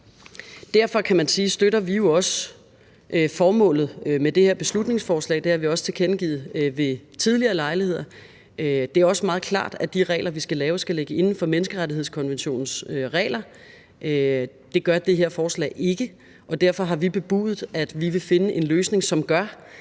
Derfor støtter vi jo også formålet med det her beslutningsforslag – det har vi også tilkendegivet ved tidligere lejligheder. Det er også meget klart, at de regler, vi skal lave, skal ligge inden for menneskerettighedskonventionens regler. Det gør det her forslag ikke, og derfor har vi bebudet, at vi vil finde en løsning. Det